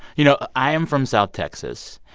you know, i'm from south texas,